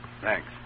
Thanks